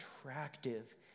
attractive